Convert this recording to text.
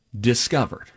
discovered